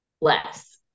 less